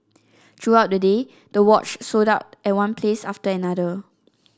throughout the day the watch sold out at one place after another